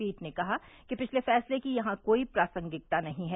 पीठ ने कहा कि पिछले फैसले की यहां कोई प्रासंगिकता नहीं है